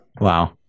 Wow